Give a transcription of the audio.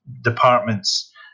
departments